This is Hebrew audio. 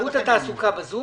שירות התעסוקה בזום?